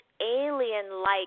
alien-like